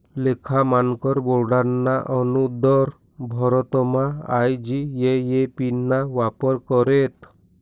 लेखा मानकर बोर्डना आगुदर भारतमा आय.जी.ए.ए.पी ना वापर करेत